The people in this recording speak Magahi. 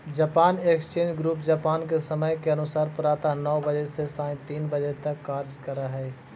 जापान एक्सचेंज ग्रुप जापान के समय के अनुसार प्रातः नौ बजे से सायं तीन बजे तक कार्य करऽ हइ